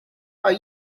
are